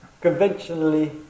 conventionally